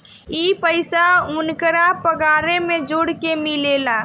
ई पइसा ओन्करा पगारे मे जोड़ के मिलेला